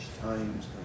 times